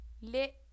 Le